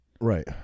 Right